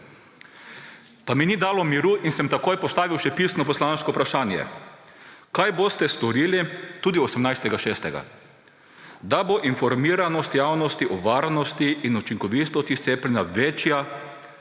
Pa mi ni dalo miru in sem takoj postavil še pisno poslansko vprašanje: Kaj boste storili, tudi 18. 6., da bo informiranost javnosti o varnosti in učinkovitosti cepljenja večja